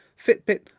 Fitbit